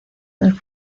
del